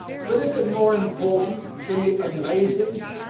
but is it more important than the amazing,